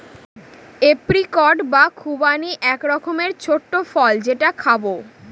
apricot বা খুবানি এক রকমের ছোট্ট ফল যেটা খাবো